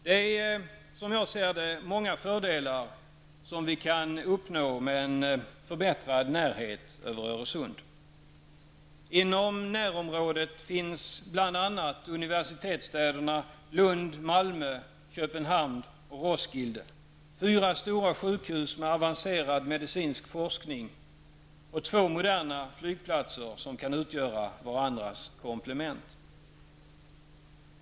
Det är många fördelar som vi kan uppnå med en förbättrad närhet över Öresund. Inom närområdet finns bl.a. universitetsstäderna Lund, Malmö, Köpenhamn och Roskilde, fyra stora sjukhus med avancerad medicinsk forskning och två moderna flygplatser, som kan utgöra varandras komplement.